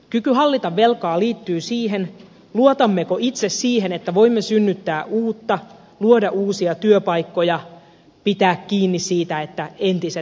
kyky hallita velkaa liittyy siihen luotammeko itse siihen että voimme synnyttää uutta luoda uusia työpaikkoja pitää kiinni siitä että entiset säilyvät